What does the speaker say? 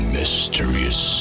mysterious